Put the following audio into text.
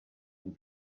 and